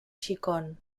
xicon